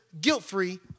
guilt-free